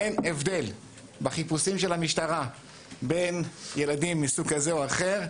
אין הבדל בחיפושים של המשטרה בין ילדים מסוג כזה או אחר,